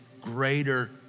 greater